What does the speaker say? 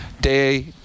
day